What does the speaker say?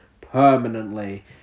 permanently